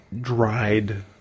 dried